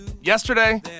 Yesterday